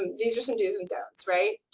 these are some dos and don'ts, right?